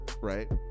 right